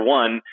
one